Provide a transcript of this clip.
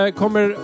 kommer